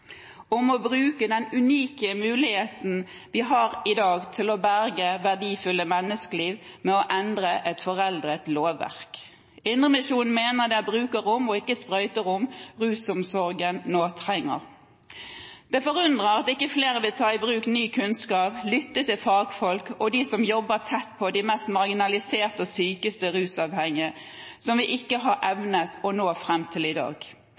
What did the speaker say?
om å bruke den unike muligheten vi har i dag, til å berge verdifulle menneskeliv med å endre et foreldet lovverk. Indremisjonen mener det er brukerrom og ikke sprøyterom rusomsorgen nå trenger. Det forundrer at ikke flere vil ta i bruk ny kunnskap, lytte til fagfolk og dem som jobber tett på de mest marginaliserte og sykeste rusavhengige, som vi ikke har evnet å nå fram til i dag.